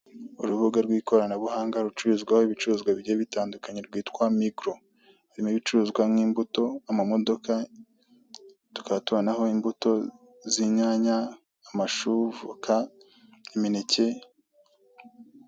Urubuga rw'ikoranabuhanga rucururizwaho ibicuruzwa bigiye bitandukanye rwitwa Migro, birimo ibicuruzwa nk'imbuto, amamodoka, tukaba tubonaho imbuto z'inyanya, amashu, voka, imineke.